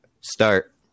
Start